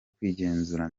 kwigenzura